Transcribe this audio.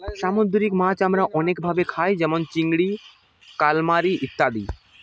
সামুদ্রিক মাছ আমরা অনেক ভাবে খাই যেমন চিংড়ি, কালামারী ইত্যাদি